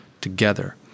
together